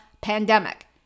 pandemic